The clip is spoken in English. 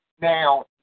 Now